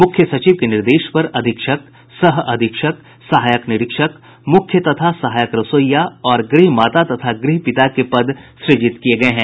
मुख्य सचिव के निर्देश पर अधीक्षक सह अधीक्षक सहायक निरीक्षक मुख्य तथा सहायक रसोइया और गृह माता तथा गृह पिता के पद सुजित किये गये हैं